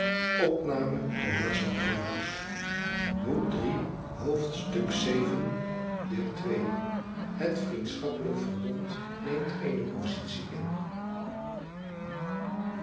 het vriendschappelijk verbond neemt bene positie in